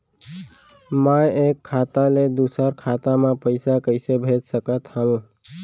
मैं एक खाता ले दूसर खाता मा पइसा कइसे भेज सकत हओं?